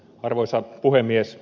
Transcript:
arvoisa puhemies